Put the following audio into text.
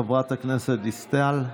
חברת הכנסת דיסטל,